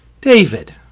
David